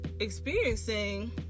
experiencing